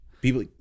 People